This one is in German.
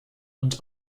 und